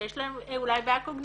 שיש להם אולי בעיה קוגניטיבית,